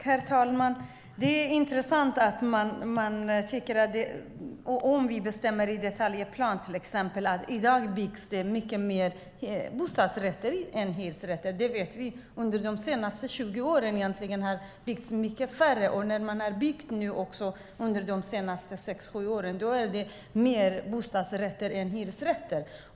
Herr talman! Det är intressant att höra vad man tycker om att bestämma detta i detaljplan. I dag byggs det mycket mer bostadsrätter än hyresrätter. Vi vet att det under de senaste 20 åren har byggts mycket färre hyresrätter, och under de senaste sex sju åren har man byggt mer bostadsrätter än hyresrätter.